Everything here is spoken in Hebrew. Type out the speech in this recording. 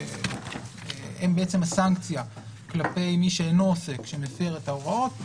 שהם בעצם הסנקציה כלפי מי שאינו עוסק שמפר את ההוראות,